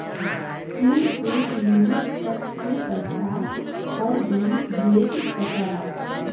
तू एक लिमिट तक के पइसा हर दिन भेज सकला